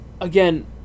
again